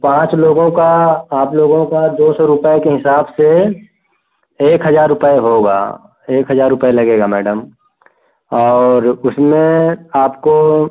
पाँच लोगों का पाँच लोगों का दो सौ रुपये के हिसाब से एक हजार रुपये होगा एक हजार रुपये लगेगा मैडम और उसमें आपको